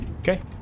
Okay